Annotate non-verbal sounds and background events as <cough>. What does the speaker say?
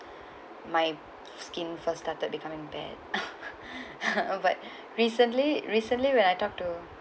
<breath> my skin first started becoming bad <laughs> <breath> but <breath> recently recently when I talk to